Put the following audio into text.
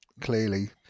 clearly